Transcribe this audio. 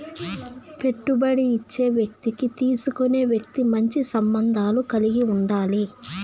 పెట్టుబడి ఇచ్చే వ్యక్తికి తీసుకునే వ్యక్తి మంచి సంబంధాలు కలిగి ఉండాలి